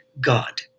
God